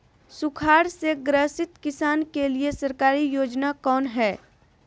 सुखाड़ से ग्रसित किसान के लिए सरकारी योजना कौन हय?